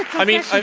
i mean,